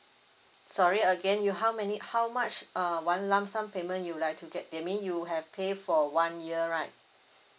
sorry again you how many how much uh one lump sum payment you would like to get that mean you have pay for one year right